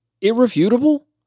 irrefutable